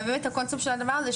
אבל באמת הקונספט של הדבר הזה הוא